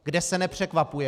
Kde se nepřekvapujeme.